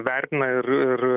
vertina ir ir